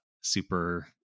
super